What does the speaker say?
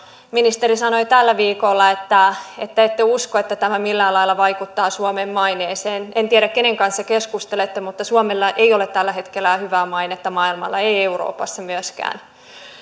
ministeri sanoitte tällä viikolla että että ette usko että tämä millään lailla vaikuttaa suomen maineeseen en tiedä kenen kanssa keskustelette mutta suomella ei ole tällä hetkellä hyvää mainetta maailmalla ei euroopassa myöskään